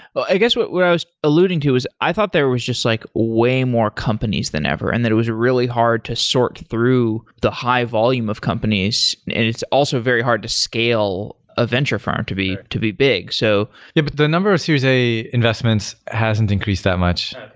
but i guess what what i was alluding to is i thought there was just like way more companies than ever and that it was really hard to sort through the high-volume of companies, and it's also very hard to scale a venture firm to be to be big. so but the number of series a investments hasn't increase that much.